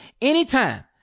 Anytime